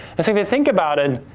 and so, if you think about it,